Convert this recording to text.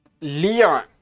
Leon